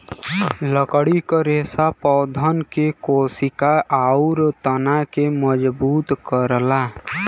लकड़ी क रेसा पौधन के कोसिका आउर तना के मजबूत करला